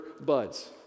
buds